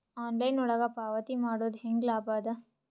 Online ಒಳಗ ಪಾವತಿ ಮಾಡುದು ಹ್ಯಾಂಗ ಲಾಭ ಆದ?